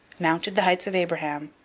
mounted the heights of abraham,